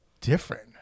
different